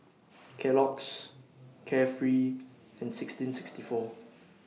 Kellogg's Carefree and sixteen sixty four